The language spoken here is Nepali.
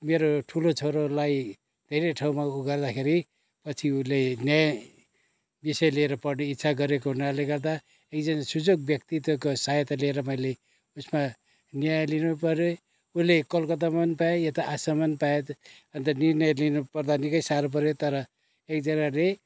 मेरो ठुलो छोरोलाई धेरै ठाउँमा ऊ गर्दाखेरि पछि उसले न्याय विषय लिएर पढ्ने इच्छा गरेको हुनाले गर्दा एकजना सुजक व्यक्तित्वको सहायता लिएर मैले उयसमा न्याय लिनु परे उउसले कलकत्तामा पनि पायो यता आसाममा पनि पायो अन्त निर्णय लिनु पर्दा निकै साह्रो पऱ्यो तर एकजनाले